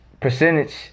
Percentage